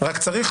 --- שנייה,